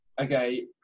okay